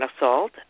assault